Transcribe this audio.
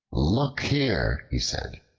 look here, he said,